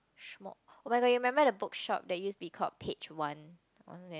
oh-my-god you remember the bookshop they used be called Page One